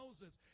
Moses